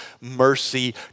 mercy